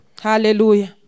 Hallelujah